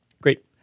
Great